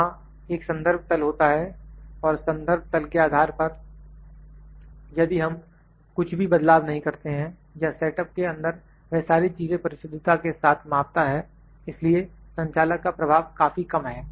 वहां एक संदर्भ तल होता है और संदर्भ तल के आधार पर यदि हम कुछ भी बदलाव नहीं करते हैं या सेट अप के अंदर वह सारी चीजें परिशुद्धता के साथ मापता है इसलिए संचालक का प्रभाव काफी कम है